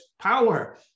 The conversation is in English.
power